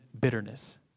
bitterness